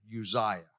Uzziah